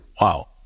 Wow